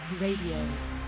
Radio